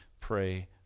pray